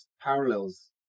parallels